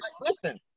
listen